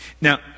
Now